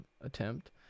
attempt